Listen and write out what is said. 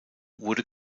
wurde